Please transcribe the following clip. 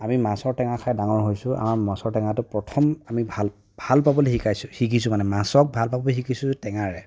আমি মাছৰ টেঙা খাই ডাঙৰ হৈছোঁ আমাৰ মাছৰ টেঙাটো প্ৰথম আমি ভাল ভাল পাবলৈ শিকাইছোঁ শিকিছোঁ মানে মাছক ভাল পাবলৈ শিকিছোঁ টেঙাৰে